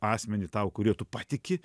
asmenį tau kuriuo tu patiki